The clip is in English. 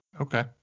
Okay